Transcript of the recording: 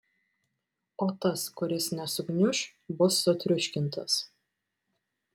o tas kuris nesugniuš bus sutriuškintas